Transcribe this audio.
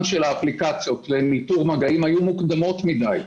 של האפליקציות לניטור מגעים היו מוקדמות מדי.